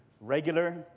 regular